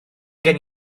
gen